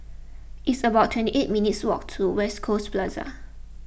it's about twenty eight minutes' walk to West Coast Plaza